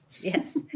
Yes